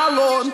זה דיור מוגן.